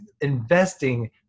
Investing